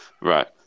Right